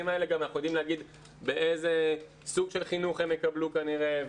אנחנו יודעים להגיד איזה סוג של חינוך הילדים יקבלו כנראה.